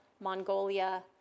Mongolia